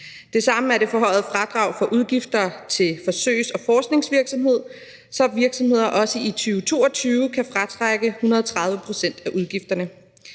Det samme er det forhøjede fradrag for udgifter til forsøgs- og forskningsvirksomhed, så virksomheder også i 2022 kan fratrække 130 pct. af udgifterne.